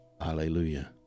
hallelujah